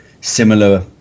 similar